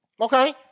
Okay